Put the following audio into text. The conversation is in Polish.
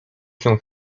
się